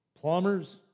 plumbers